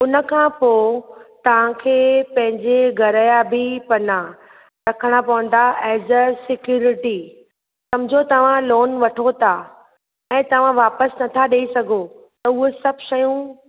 उन खां पोइ तव्हां खे पंहिंजे घर जा बि पन्ना रखणा पवंदा एज़ अ सिक्यूरिटी समझो तव्हां लोन वठो था ऐं तव्हां वापस नथा ॾेई सघो त उहे सभ शयूं